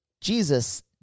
Jesus